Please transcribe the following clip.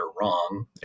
wrong